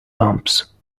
bumps